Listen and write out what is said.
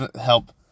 help